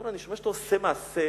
הוא אומר לו: אני שומע שאתה עושה מעשה